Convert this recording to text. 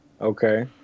Okay